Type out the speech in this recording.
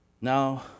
Now